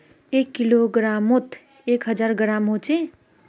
एक किलोग्रमोत एक हजार ग्राम होचे